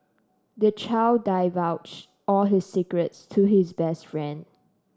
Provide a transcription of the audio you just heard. the child divulged all his secrets to his best friend